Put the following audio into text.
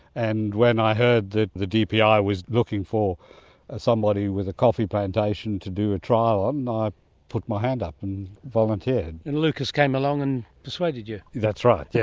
and when i heard that the dpi was looking for ah somebody with a coffee plantation to do a trial on, i put my hand up and volunteered. and lucas came along and persuaded you. that's right, yeah